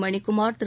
Manikumar Thiru